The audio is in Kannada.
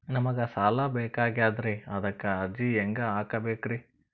ನಮಗ ಸಾಲ ಬೇಕಾಗ್ಯದ್ರಿ ಅದಕ್ಕ ಅರ್ಜಿ ಹೆಂಗ ಹಾಕಬೇಕ್ರಿ?